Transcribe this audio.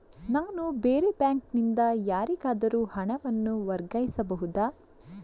ನಾನು ಬೇರೆ ಬ್ಯಾಂಕ್ ನಿಂದ ಯಾರಿಗಾದರೂ ಹಣವನ್ನು ವರ್ಗಾಯಿಸಬಹುದ?